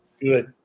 Good